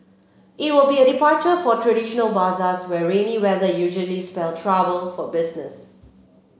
it will be a departure from traditional bazaars where rainy weather usually spell trouble for business